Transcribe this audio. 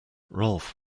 ralph